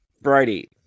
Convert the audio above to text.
Brady